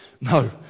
No